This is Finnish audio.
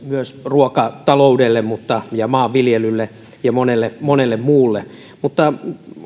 myös ruokataloudelle ja maanviljelylle ja monelle monelle muulle mutta